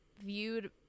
viewed